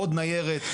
עוד ניירת,